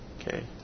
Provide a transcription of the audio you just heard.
Okay